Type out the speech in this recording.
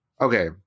Okay